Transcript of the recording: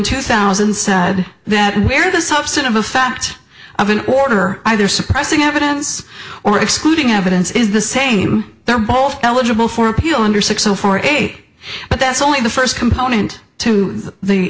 two thousand said that where the substantive a fact of an order either suppressing evidence or excluding evidence is the same they're both eligible for appeal under six zero four eight but that's only the first component to the